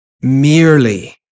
merely